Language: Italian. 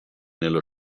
nello